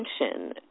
attention